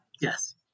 Yes